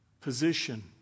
position